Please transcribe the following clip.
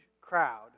crowd